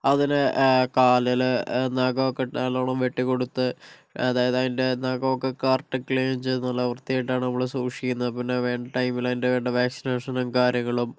അതിനെ കാലേല് നഖമൊക്കെ നല്ലോണം വെട്ടി കൊടുത്ത് അതായത് അതിൻ്റെ നഖമൊക്കെ കറക്റ്റ് ക്ലീൻ ചെയ്ത് നല്ല വൃത്തിയായിട്ടാണ് നമ്മള് സൂക്ഷിക്കുന്നത് പിന്നെ വേണ്ട ടൈമിലതിൻ്റെ വേണ്ട വാക്സിനേഷനും കാര്യങ്ങളും